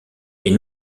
est